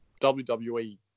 WWE